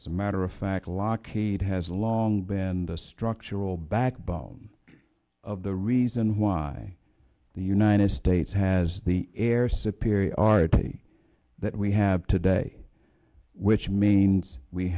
as a matter of fact lockheed has long been the structural backbone of the reason why the united states has the air superiority that we have today which means we